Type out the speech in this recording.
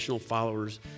followers